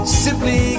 simply